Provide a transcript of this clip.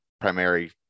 primary